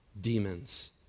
demons